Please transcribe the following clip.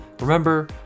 Remember